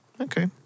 Okay